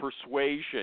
persuasion